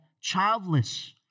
childless